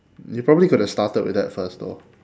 you probably could have started with that first though